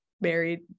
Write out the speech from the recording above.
married